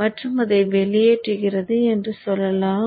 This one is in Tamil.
மற்றும் அதை வெளியேற்றுகிறது என்று சொல்லலாம்